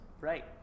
Right